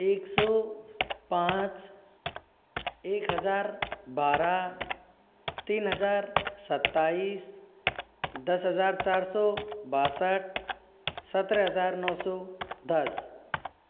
एक सौ पाँच एक हज़ार बारह तीन हज़ार सत्ताईस दस हज़ार चार सौ बासठ सत्रह हज़ार नौ सौ दस